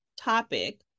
topic